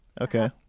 Okay